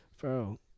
Bro